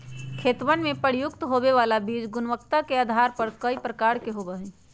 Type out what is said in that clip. खेतवन में प्रयुक्त होवे वाला बीज गुणवत्ता के आधार पर कई प्रकार के होवा हई